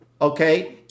okay